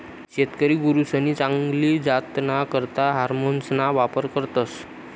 शेतकरी गुरसनी चांगली जातना करता हार्मोन्सना वापर करतस